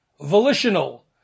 volitional